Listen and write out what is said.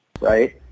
Right